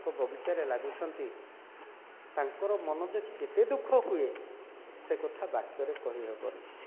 ସେମାନଙ୍କ ବଗିଚାରେ ଲାଗୁଛନ୍ତି ତାଙ୍କର ମନ ଯେ କେତେ ଦୁଃଖ ହୁଏ ସେ କଥା ବାକ୍ୟରେ କହିହେବନି